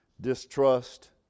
Distrust